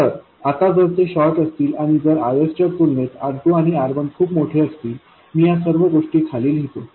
तर आता जर ते शॉर्ट असतील आणि जर RS च्या तुलनेत R2आणि R1 खूप मोठे असतील मी या सर्व गोष्टी खाली लिहितो